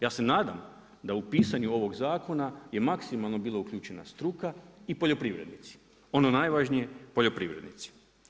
Ja se nadam, da u pisanju ovog zakona, je maksimalno bilo uključena struka i poljoprivrednici, ono najvažnije poljoprivrednici.